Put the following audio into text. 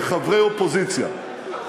כחברי אופוזיציה,